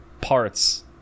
parts